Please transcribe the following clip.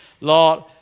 Lord